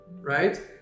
right